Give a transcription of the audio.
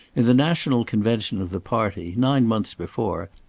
in the national convention of the party, nine months before,